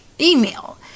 email